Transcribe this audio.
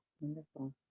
Wonderful